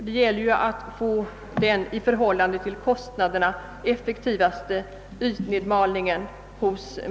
Det gäller ju att få den 'i förhållande till kostnaderna effektivaste ytnedmalningen av.